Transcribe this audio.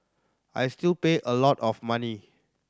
I still pay a lot of money